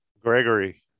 Gregory